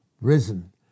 Risen